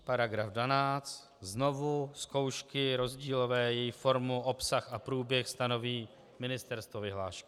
§ 12, znovu zkoušky, rozdílové, jejich formu, obsah a průběh stanoví ministerstvo vyhláškou.